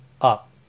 up